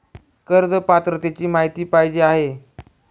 कर्ज पात्रतेची माहिती पाहिजे आहे?